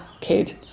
kid